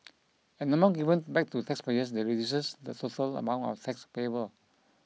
an amount given back to taxpayers that reduces the total amount of tax payable